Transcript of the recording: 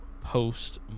post